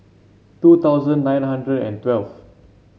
two thousand nine hundred and twelve